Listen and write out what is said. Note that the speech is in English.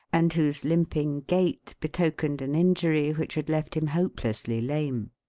and whose limping gait betokened an injury which had left him hopelessly lame.